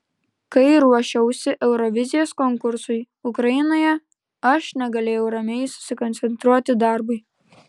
kai ruošiausi eurovizijos konkursui ukrainoje aš negalėjau ramiai susikoncentruoti darbui